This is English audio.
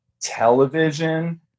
television